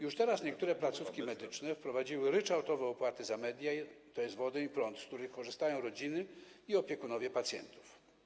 Już teraz niektóre placówki medyczne wprowadziły ryczałtowe opłaty za media, tj. wodę i prąd, z których korzystają rodziny i opiekunowie pacjentów.